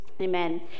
Amen